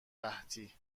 قحطی